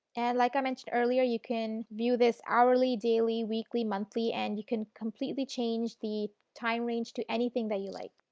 and as like i mentioned earlier, you can view this hourly, daily, weekly, monthly and you can completely change the time range to anything that you like.